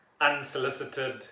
unsolicited